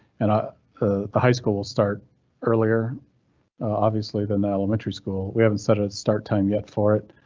and ah ah the high school will start earlier obviously than the elementary school. we haven't set a start time yet for it,